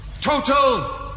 total